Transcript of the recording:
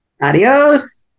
Adios